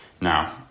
now